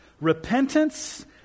Repentance